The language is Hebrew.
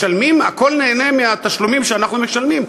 הם נהנים מהתשלומים שאנחנו משלמים.